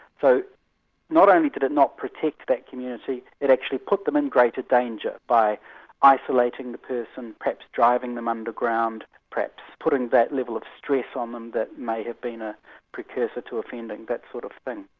so not only could it not protect that community, it actually put them in greater danger by isolating the person, perhaps driving them underground, perhaps putting that level of stress on them that may have been a precursor to offending, that sort of thing.